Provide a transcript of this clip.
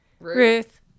Ruth